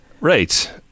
Right